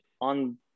on